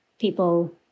people